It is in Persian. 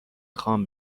خوام